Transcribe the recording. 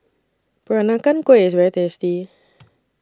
Peranakan Kueh IS very tasty